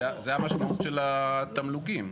זה המשמעות של התמלוגים.